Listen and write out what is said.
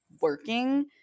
working